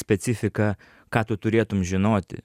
specifika ką tu turėtum žinoti